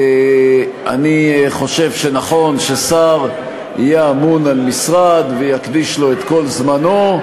אני חושב שנכון ששר יהיה אמון על משרד ויקדיש לו את כל זמנו,